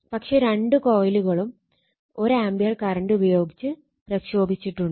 പക്ഷെ രണ്ട് കോയിലുകളും 1 ആംപിയർ കറണ്ട് ഉപയോഗിച്ച് പ്രക്ഷോഭിച്ചിട്ടുണ്ട്